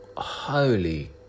holy